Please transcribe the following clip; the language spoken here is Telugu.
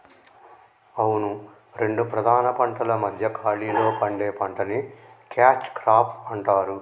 అవును రెండు ప్రధాన పంటల మధ్య ఖాళీలో పండే పంటని క్యాచ్ క్రాప్ అంటారు